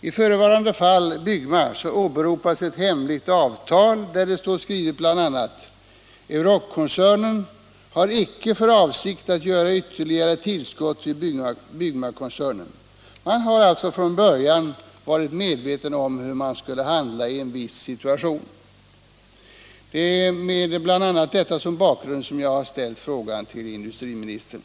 I förevarande fall, Bygg 16 maj 1977 ma, åberopas ett hemligt avtal, där det bl.a. står skrivet: ”Euroc-kon-= = cernen har icke för avsikt att göra ytterligare tillskott till Byggmakon Om sysselsättningscernen.” Man har alltså från början varit medveten om hur man skulle främjande åtgärder handla i en viss situation. Det är med bl.a. detta som bakgrund som inom Nässjö jag har ställt frågan till industriministern.